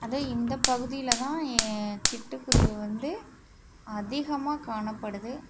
அதுவும் இந்த பகுதியில் தான் ஏன் சிட்டுக்குருவி வந்து அதிகமாக காணப்படுது